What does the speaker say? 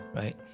right